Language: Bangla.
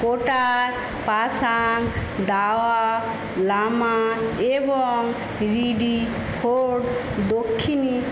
কোটা পাসাং দাওয়া লামা এবং রিডি ফোর্ড দক্ষিণী